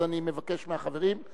אז אני מבקש מהחברים להסתפק.